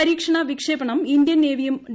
പരീക്ഷണ് വിക്ഷേപണം ഇന്ത്യൻ നേവിയും ആർ